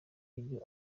ibyo